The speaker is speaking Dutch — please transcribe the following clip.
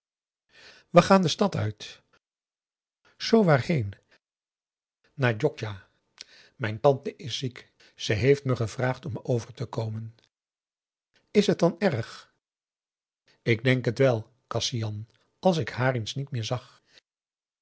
we gaan de stad uit zoo waarheen naar djokja mijn tante is ziek ze heeft me gevraagd om over te komen is het dan erg ik denk het wel k a s i a n als ik haar eens niet meer zag